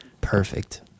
Perfect